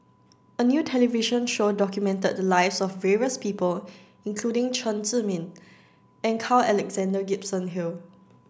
a new television show documented the lives of various people including Chen Zhiming and Carl Alexander Gibson Hill